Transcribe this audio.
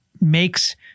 makes